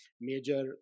major